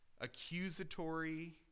accusatory